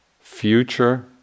future